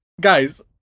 guys